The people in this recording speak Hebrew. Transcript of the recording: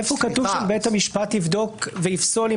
איפה כתוב שבית המשפט יבדוק ויפסול?